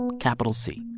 capital c?